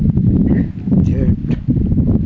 ᱡᱷᱮᱸᱴ